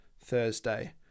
Thursday